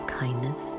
kindness